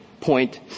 point